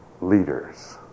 leaders